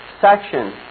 section